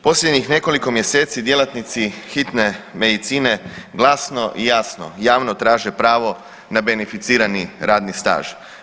Posljednjih nekoliko mjeseci djelatnici hitne medicine glasno i jasno javno traže pravo na beneficirani radni staž.